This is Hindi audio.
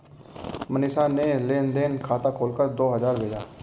मनीषा ने लेन देन खाता खोलकर दो हजार भेजा